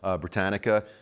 Britannica